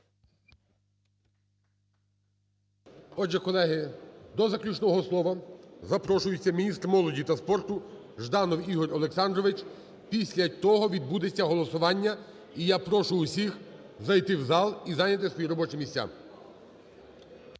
Отже, колеги, до заключного слова запрошується міністр молоді та спорту Жданов Ігор Олександрович. Після того відбудеться голосування, і я прошу всіх зайти в зал і зайняти свої робочі місця.